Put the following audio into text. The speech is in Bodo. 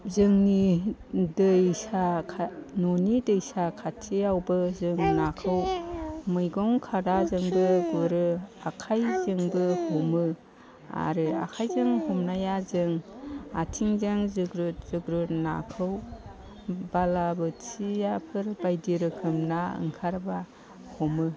जोंनि दैसा न'नि दैसा खाथियावबो जों नाखौ मैगं खादाजोंबो गुरो आखाइजोंबो हमो आरो आखाइजों हमनाया जों आथिंजों जुग्रुद जुग्रुद नाखौ बाला बोथियाफोर बायदि रोखोम ना ओंखारबा हमो